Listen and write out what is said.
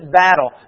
battle